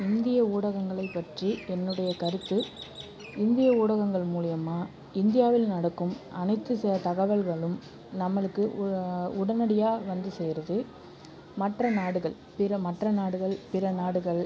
இந்திய ஊடகங்களை பற்றி என்னுடைய கருத்து இந்திய ஊடகங்கள் மூலிமா இந்தியாவில் நடக்கும் அனைத்து ச தகவல்களும் நம்மளுக்கு உடனடியாக வந்து சேருது மற்ற நாடுகள் பிற மற்ற நாடுகள் பிற நாடுகள்